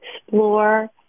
explore